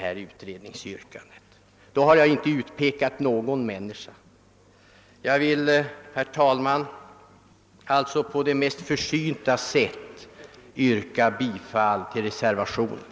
I och med detta har jag inte utpekat någon speciell ledamot. Herr talman! Jag vill alltså på ett försynt sätt yrka bifall till reservationen.